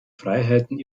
freiheiten